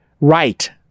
Right